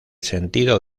sentido